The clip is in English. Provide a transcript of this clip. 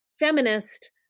Feminist